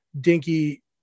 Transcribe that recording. dinky